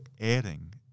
adding